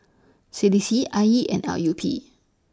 C D C I E and L U P